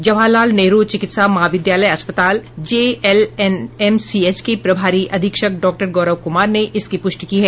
जवाहरलाल नेहरू चिकित्सा महाविद्यालय अस्पताल जेएलएनएमसीएच के प्रभारी अधीक्षक डॉ गौरव कुमार ने इसकी प्रष्टि की है